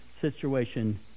situation